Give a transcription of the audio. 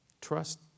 Trust